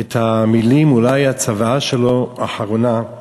את המילים, אולי הצוואה שלו האחרונה,